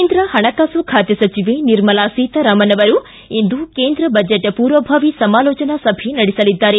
ಕೇಂದ್ರ ಹಣಕಾಸು ಖಾತೆ ಸಚಿವೆ ಸಚಿವೆ ನಿರ್ಮಲಾ ಸೀತಾರಾಮನ್ ಅವರು ಇಂದು ಕೇಂದ್ರ ಬಜೆಟ್ ಪೂರ್ವಭಾವಿ ಸಮಾಲೋಚನಾ ಸಭೆ ನಡೆಸಲಿದ್ದಾರೆ